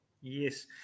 yes